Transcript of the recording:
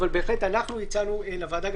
אבל בהחלט הצענו לוועדה,